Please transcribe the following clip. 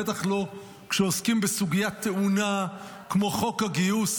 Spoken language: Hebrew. בטח לא כשעוסקים בסוגיה טעונה כמו חוק הגיוס.